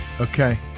okay